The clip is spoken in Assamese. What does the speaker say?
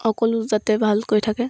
সকলো যাতে ভালকৈ থাকে